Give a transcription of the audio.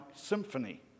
symphony